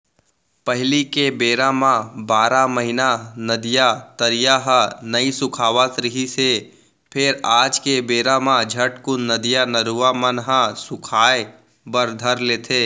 पहिली के बेरा म बारह महिना नदिया, तरिया ह नइ सुखावत रिहिस हे फेर आज के बेरा म झटकून नदिया, नरूवा मन ह सुखाय बर धर लेथे